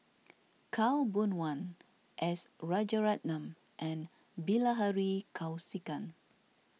Khaw Boon Wan S Rajaratnam and Bilahari Kausikan